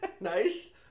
Nice